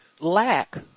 lack